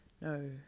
No